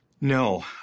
No